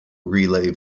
relay